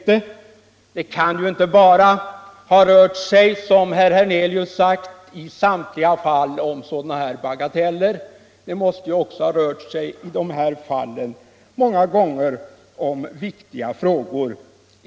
Det kan inte, som herr Hernelius sagt, i samtliga fall ha rört sig om bagateller, det måste också många gånger ha rört sig om viktiga frågor.